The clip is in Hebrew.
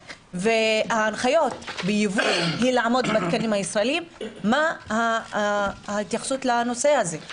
וההנחיות ביבוא היא לעמוד בתקנים הישראלים מה ההתייחסות לנושא הזה?